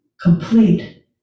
complete